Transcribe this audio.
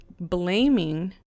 blaming